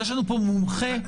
יש לנו מומחה בעל שם.